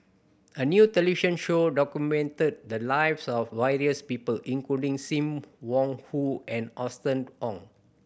a new television show documented the lives of various people including Sim Wong Hoo and Austen Ong